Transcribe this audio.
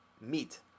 meet